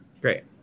Great